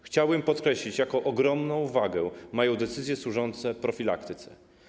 Chciałbym podkreślić, jaką ogromną wagę mają decyzje służące profilaktyce.